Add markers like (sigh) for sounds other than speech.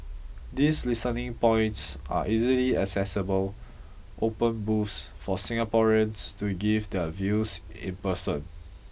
these listening points are easily accessible open booths for Singaporeans to give their views in person (noise)